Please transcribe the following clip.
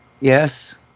yes